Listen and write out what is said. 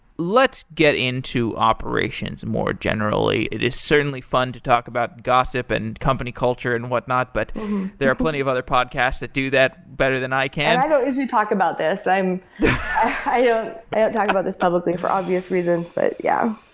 let's get into operations more generally. it is certainly fun to talk about gossip and company culture and what not, but there are plenty of other podcasts that do that better than i can i don't usually talk about this. i ah don't ah talk about this publicly for obvious reasons, but yeah.